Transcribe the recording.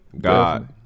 God